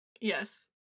Yes